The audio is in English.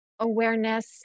awareness